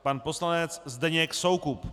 Pan poslanec Zdeněk Soukup.